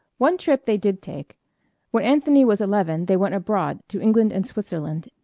one trip they did take when anthony was eleven they went abroad, to england and switzerland,